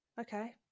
Okay